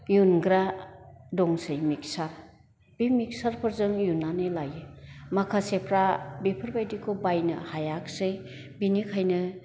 इयुनग्रा दंसै मिकचार बे मिकचारफोरजों उयुननानै लायो माखासेफ्रा बेफोरबायदिखौ बायनो हायाखसै बिनिखायनो